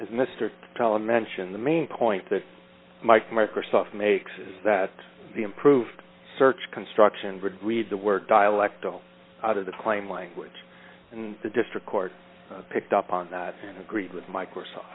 as mr allen mentioned the main point that mike microsoft makes is that the improved search construction would read the work dialectal out of the claim language and the district court picked up on that agreed with microsoft